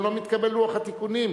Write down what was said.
גם לא מתקבל לוח התיקונים.